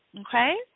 Okay